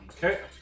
Okay